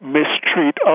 mistreat